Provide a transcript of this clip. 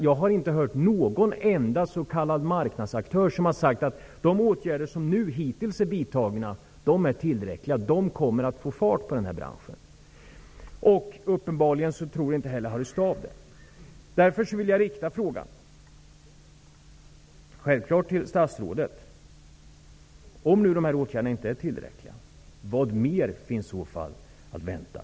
Jag har inte hört någon enda marknadsaktör säga att de åtgärder som hittills är vidtagna är tillräckliga och kommer att få fart på denna bransch. Uppenbarligen tror inte heller Harry Staaf att så är fallet. Jag vill därför rikta följande fråga till statsrådet: Om nu dessa åtgärder inte är tillräckliga, vad mer finns i så fall att vänta?